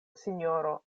sinjoro